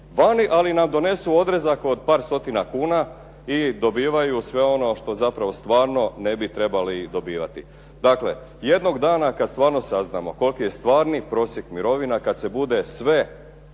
vani, ali nam donesu odrezak od par stotina kuna i dobivaju sve ono što zapravo stvarno ne bi trebali dobivat. Dakle, jednog dana kad stvarno saznamo koliko je stvarni prosjek mirovina, kad se bude sve